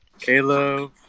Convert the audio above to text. Caleb